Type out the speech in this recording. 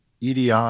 edi